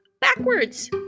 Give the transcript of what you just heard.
backwards